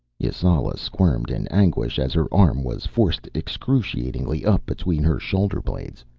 yasala squirmed in anguish as her arm was forced excruciatingly up between her shoulder-blades,